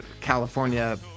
California